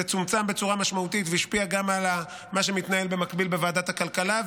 זה צומצם בצורה משמעותית והשפיע גם על מה שמתנהל במקביל בוועדת הכלכלה.